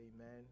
amen